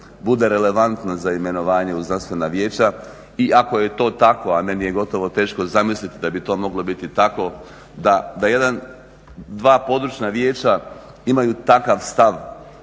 bude relevantna za imenovanje u znanstvena vijeća i ako je to tako, a meni je gotovo teško zamisliti da bi to moglo biti tako da dva područna vijeća imaju takav stav,